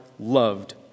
loved